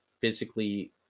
physically